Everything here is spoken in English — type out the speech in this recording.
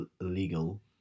illegal